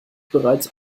bereits